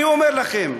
אני אומר לכם,